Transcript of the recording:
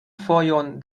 fojon